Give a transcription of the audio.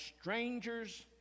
strangers